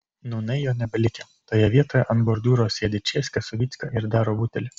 nūnai jo nebelikę toje vietoje ant bordiūro sėdi česka su vycka ir daro butelį